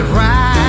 right